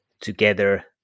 together